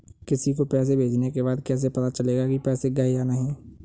किसी को पैसे भेजने के बाद कैसे पता चलेगा कि पैसे गए या नहीं?